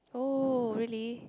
oh really